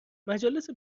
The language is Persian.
مجالس